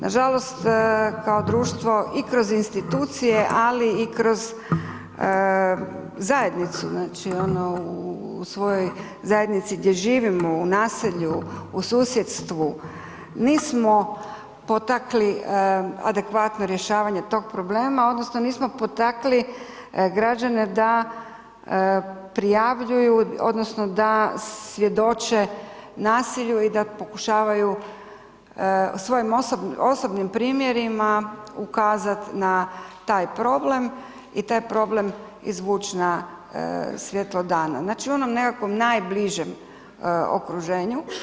Nažalost kao društvo i kroz institucije, ali i kroz zajednicu znači ono u svojoj zajednici gdje živimo, u naselju, u susjedstvu, nismo potakli adekvatno rješavanje tog problema odnosno nismo potakli građane da prijavljuju odnosno da svjedoče nasilju i da pokušavaju svojim osobnim primjerima ukazat na taj problem i taj problem izvuć na svjetlo dana, znači u onom nekakvom najbližem okruženju.